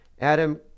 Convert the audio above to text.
Adam